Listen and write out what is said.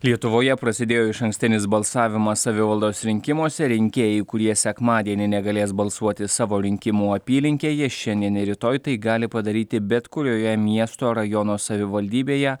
lietuvoje prasidėjo išankstinis balsavimas savivaldos rinkimuose rinkėjų kurie sekmadienį negalės balsuoti savo rinkimų apylinkėje šiandien ir rytoj tai gali padaryti bet kurioje miesto ar rajono savivaldybėje